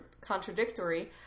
contradictory